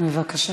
בבקשה.